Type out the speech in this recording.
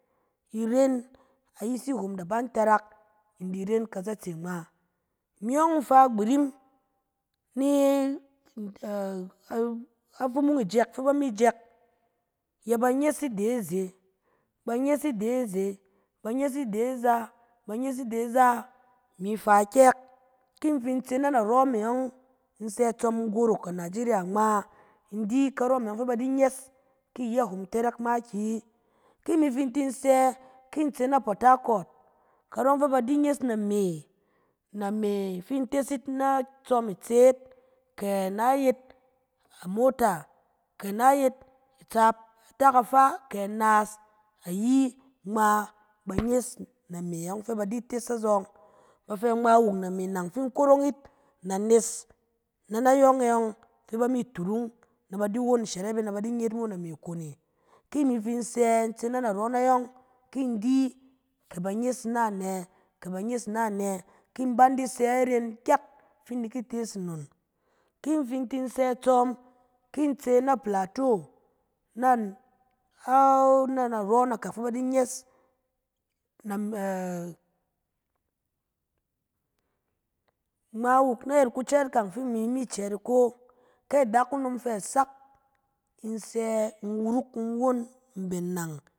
In ren ayisi hom da ban tarak, in di ren kazatse ngma. Imi yɔng in fa gbirim, ni na afumung ijɛk fɛ ba mi jɛk, ƴɛ ba nyes ide azen, ba nyes ide zen, ba nyes ide aza, ba nyes ide za, imi fa kƴɛk. Ki in fin tse na narɔ me yɔng, in sɛ itsɔm in gorok anajera ngma in di karɔ me yɔng fɛ ba di nyes, ki iyɛ hom tɛrɛk makiyi. Ki imi tin fin sɛ, ki in tse na potakɔt, karɔ yɔng fɛ ba di nyes name, name fi in tes yit ina na tsɔm itseet, kɛ na yet amota, kɛ na yet itsaap atak afaa kɛ naas ayi, ngma ba nyes name yɔng fɛ ba di tes azɔng. Ba fɛ ngma wuk, name nɔng fi in di rorong yit, na nes na na yɔng e yɔng fɛ ba mi turung, na ba di won ishɛrɛp e, na ba di nye yit mo name kon e. ki imi fin sɛ in tse na narɔ na yɔng, ki in di kyɛ ba nyes ina nɛ, kɛ ba nyes ina nɛ, ki in ban di sɛ iren gyaat, fin in di ki tes nnon. Ki in fin tin sɛ tsɔm, ki in tse na plato, na narɔ na kak fɛ ba di nyes na ngma wuk ayɛt kucɛɛt kang fi imi ma cɛɛt ikɔng, kɛ adakunom fɛ sak, in sɛ in wuruk, in won mben nang.